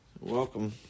Welcome